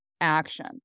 action